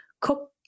cook